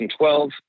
2012